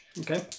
Okay